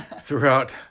throughout